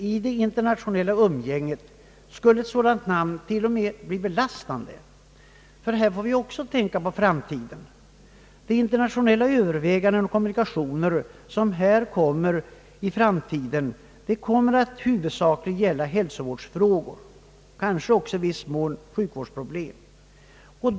I det internationella umgänget skulle ett sådant namn t. o m. bli belastande, ty även här måste vi tänka på framtiden. De internationella kommunikationer som kommer = till stånd i framtiden kommer att huvudsakligen gälla hälsovårdsfrågor, kanske också i viss mån sjukvårdsproblem.